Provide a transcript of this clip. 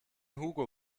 hugo